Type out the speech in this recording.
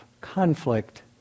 conflict